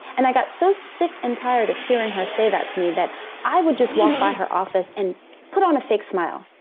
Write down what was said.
and i got so sick and tired of hearing her say that to me that i would just walk by her office and put on a fake smile.